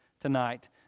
tonight